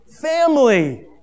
family